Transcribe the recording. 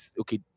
okay